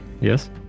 Yes